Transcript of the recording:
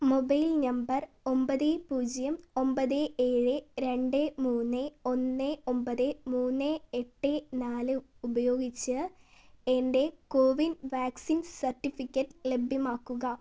mobile number ഒമ്പത് പൂജ്യം ഒമ്പത് ഏഴ് രണ്ട് മൂന്ന് ഒന്ന് ഒമ്പത് മൂന്ന് എട്ട് നാല് ഉപയോഗിച്ച് എൻ്റെ കോവിൻ വാക്സിൻ സർട്ടിഫിക്കറ്റ് ലഭ്യമാക്കുക